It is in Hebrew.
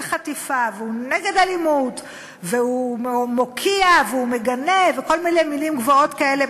חטיפה והוא נגד אלימות והוא מוקיע והוא מגנה וכל מיני מילים גבוהות כאלה.